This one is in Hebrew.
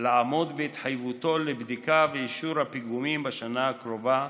לעמוד בהתחייבותו לבדיקה ואישור הפיגומים בשנה הקרובה,